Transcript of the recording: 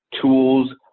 tools